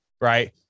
right